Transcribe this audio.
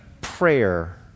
prayer